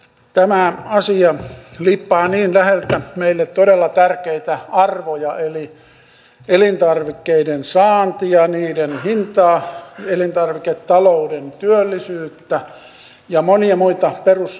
tämä asia liippaa niin läheltä meille todella tärkeitä arvoja eli elintarvikkeiden saantia niiden hintaa elintarviketalouden työllisyyttä ja monia monia muita perusasioita